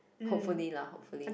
hopefully lah hopefully